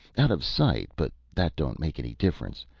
out of sight, but that don't make any difference,